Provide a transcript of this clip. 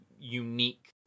unique